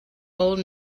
old